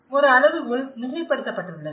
ஒரு அளவுகோல் மிகைப்படுத்தப்பட்டுள்ளது